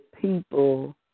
people